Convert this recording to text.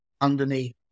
underneath